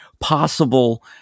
possible